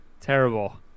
terrible